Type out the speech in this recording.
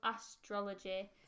astrology